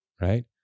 right